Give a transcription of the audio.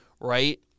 right